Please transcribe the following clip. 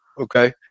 Okay